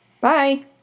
Bye